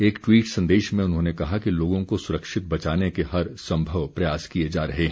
एक ट्वीट संदेश में उन्होंने कहा कि लोगों को सुरक्षित बचाने के हर संभव प्रयास किए जा रहे हैं